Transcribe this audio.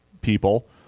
people